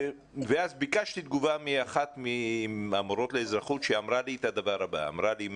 ואז ביקשתי תגובה מאחת מהמורות לאזרחות שאמרה לי את הדבר הבא: אמרה לי,